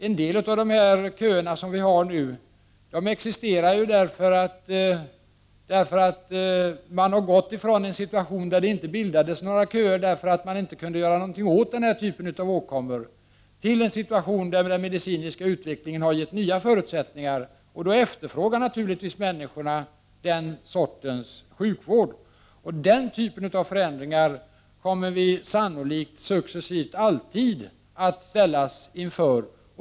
En del av de köer som vi har nu existerar ju av den anledningen att man har gått från en situation där det inte bildades några köer därför att man inte kunde göra någonting åt vissa typer av åkommor, till en situation där den medicinska utvecklingen har gett nya förutsättningar. Då efterfrågar naturligtvis människorna den sortens sjukvård. Den typen av förändringar kommer vi alltid att successivt ställas inför.